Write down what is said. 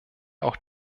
auch